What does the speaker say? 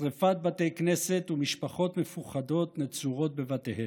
שרפת בתי כנסת ומשפחות מפוחדות נצורות בבתיהן?